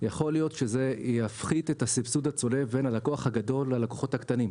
יכול להיות שזה יפחית את הסבסוד הצולב בין הלקוח הגדול ללקוחות הקטנים.